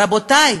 רבותי,